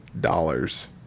dollars